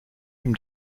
him